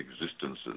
existences